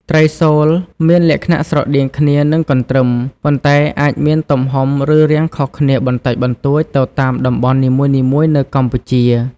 ត្រីសូល មានលក្ខណៈស្រដៀងគ្នានឹងកន្ទ្រឹម ប៉ុន្តែអាចមានទំហំ ឬរាងខុសគ្នាបន្តិចបន្តួចទៅតាមតំបន់នីមួយៗនៅកម្ពុជា។